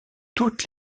toutes